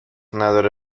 نداره